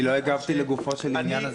אני לא הגבתי לגופו של העניין הזה.